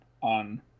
on